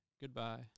Goodbye